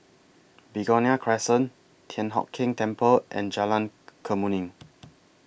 Begonia Crescent Thian Hock Keng Temple and Jalan Kemuning